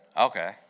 okay